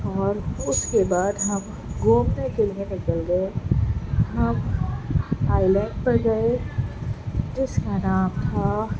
اور اس کے بعد ہم گھومنے کے لئے نکل گئے ہم آئی لینڈ پر گئے جس کا نام تھا